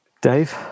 Dave